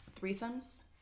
threesomes